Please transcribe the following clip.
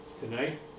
tonight